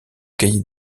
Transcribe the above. cahier